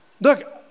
Look